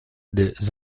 des